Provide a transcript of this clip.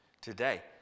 today